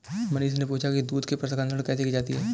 मनीष ने पूछा कि दूध के प्रसंस्करण कैसे की जाती है?